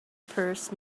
purse